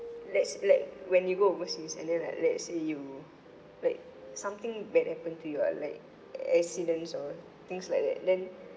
let's like when you go overseas and then like let's say you like something bad happen to you or like accidents or things like that then